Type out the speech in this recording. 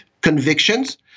convictions